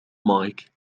مايك